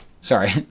Sorry